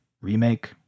Remake